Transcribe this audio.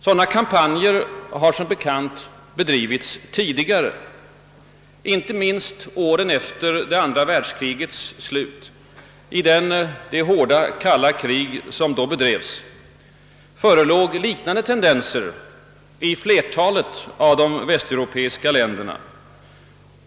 Sådana kampanjer har som bekant bedrivits tidigare, inte minst åren efter andra världskrigets slut. I det hårda kalla krig som då fördes förelåg liknande tendenser i flertalet av de västeuropeiska länderna.